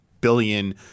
billion